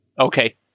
Okay